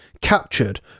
captured